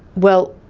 well,